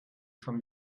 schon